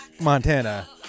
Montana